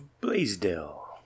Blaisdell